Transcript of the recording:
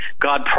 God